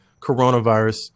coronavirus